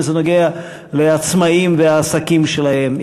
אם זה בנוגע לעצמאים והעסקים שלהם,